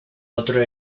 otro